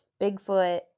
Bigfoot